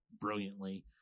brilliantly